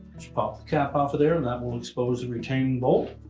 pop the cap off of there and that will expose the retaining bolt.